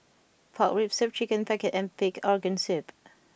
Pork Rib Soup chicken pocket and Pig Organ Soup